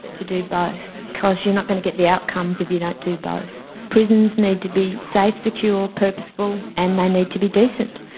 to do both because you're not going to get the outcomes if you don't do both. prisons need to be safe, secure, purposeful, and they need to be decent.